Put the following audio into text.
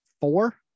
four